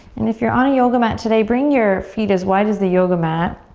and if you're on a yoga mat today, bring your feet as wide as the yoga mat.